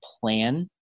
plan